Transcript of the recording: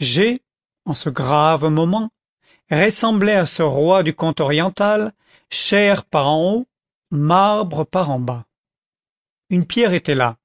g en ce grave moment ressemblait à ce roi du conte oriental chair par en haut marbre par en bas une pierre était là